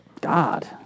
God